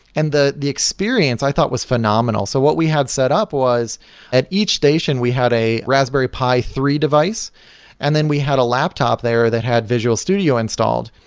and the the experience i thought was phenomenal. so what we had set up was at each station we had a raspberry pi three device and then we had a laptop there that had visual studio installed.